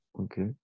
okay